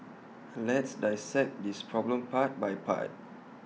let's dissect this problem part by part